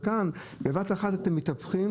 וכאן, בבת אחת אתם מתהפכים.